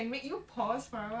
oh